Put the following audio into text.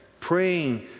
Praying